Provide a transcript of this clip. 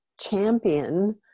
champion